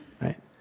Right